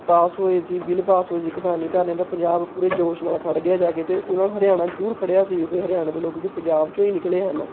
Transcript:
ਪਾਸ ਹੋਏ ਸੀ bill pass ਹੋਏ ਸੀ ਕਿਸਾਨੀ ਧਰਨੇ ਦਾ ਪੰਜਾਬ ਪੂਰੇ ਜੋਸ਼ ਨਾਲ਼ ਖੜ੍ਹ ਗਿਆ ਜਾ ਕੇ ਅਤੇ ਉਹਦੇ ਨਾਲ਼ ਹਰਿਆਣਾ ਜ਼ਰੂਰ ਖੜ੍ਹਿਆ ਸੀ ਉਦ ਹਰਿਆਣੇ ਦੇ ਲੋਕ ਵੀ ਪੰਜਾਬ 'ਚੋਂ ਹੀ ਨਿਕਲੇ ਹਨ